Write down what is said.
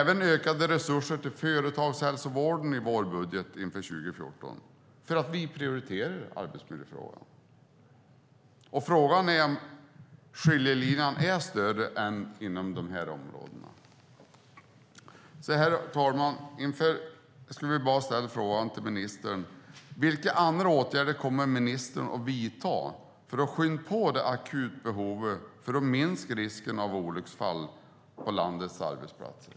Vi ökar även resurserna till företagshälsovården i vår budget för 2014, för vi prioriterar arbetsmiljöfrågan. Frågan är om skiljelinjen är större än inom dessa områden. Herr talman! Jag ska ställa en fråga till ministern. Vilka andra åtgärder kommer ministern att vidta för att skynda på det akuta behovet för att minska risken för olycksfall på landets arbetsplatser?